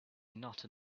not